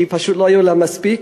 כי פשוט לא היו להם מספיק.